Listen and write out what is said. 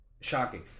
Shocking